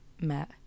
met